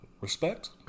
Respect